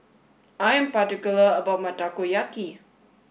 I am particular about my Takoyaki